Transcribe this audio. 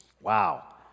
Wow